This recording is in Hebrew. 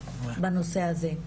בנושא הזה.